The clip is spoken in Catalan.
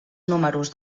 números